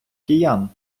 киян